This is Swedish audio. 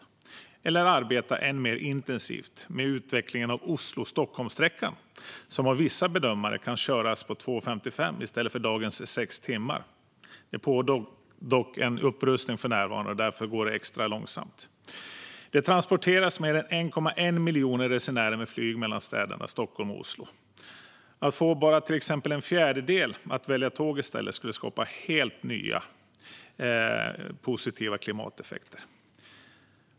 Man skulle också kunna arbeta än mer intensivt med utvecklingen av sträckan Oslo-Stockholm, som enligt vissa bedömare kan köras på 2,55 i stället för dagens 6 timmar. Det pågår dock för närvarande en upprustning; därför går det extra långsamt. Det transporteras mer än 1,1 miljoner resenärer med flyg mellan städerna Stockholm och Oslo. Att få bara till exempel en fjärdedel att i stället välja tåg skulle skapa helt nya positiva klimateffekter.